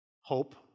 Hope